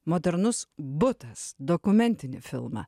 modernus butas dokumentinį filmą